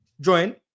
Join